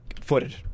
footed